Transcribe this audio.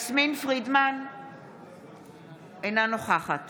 אינה נוכחת